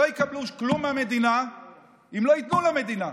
לא יקבלו כלום מהמדינה אם לא ייתנו למדינה.